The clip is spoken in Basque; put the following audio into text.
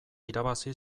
irabazi